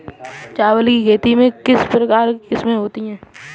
चावल की खेती की किस्में कितने प्रकार की होती हैं?